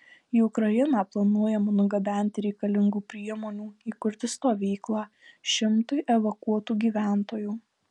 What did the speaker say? į ukrainą planuojama nugabenti reikalingų priemonių įkurti stovyklą šimtui evakuotų gyventojų